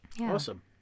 Awesome